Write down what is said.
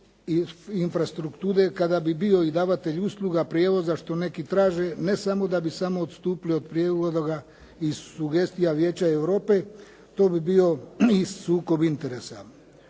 infrastrukture kada bi bio i davatelj usluga prijevoza što neki traže ne samo da bi smo odstupili od prijedloga i sugestija Vijeća Europe, to bi bio i sukob interesa.